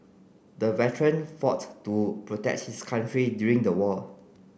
the veteran fought to protect his country during the war